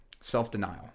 self-denial